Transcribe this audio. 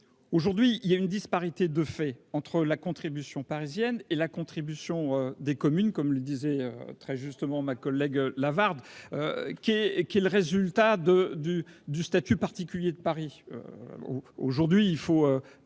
aujourd'hui, il y a une disparité de fait entre la contribution parisienne et la contribution des communes, comme le disait très justement ma collègue Lavarde qui est, qui est le résultat de du du statut particulier de Paris aujourd'hui, il faut